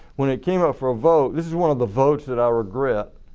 when it came up for a vote, this is one of the votes that i regret.